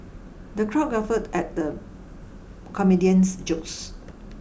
the crowd guffawed at the comedian's jokes